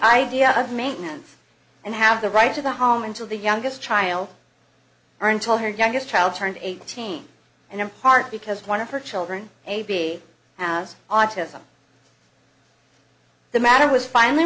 idea of maintenance and have the right to the home until the youngest child or until her youngest child turned eighteen and in part because one of her children a b has autism the matter was finally